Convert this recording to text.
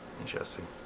Interesting